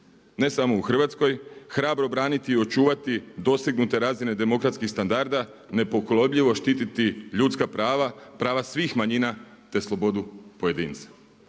ne samo u Hrvatskoj, hrabro braniti i očuvati dosegnute razine demokratskih standarda, nepokolebljivo štititi ljudska prava, prava svih manjina, te slobodu pojedinca.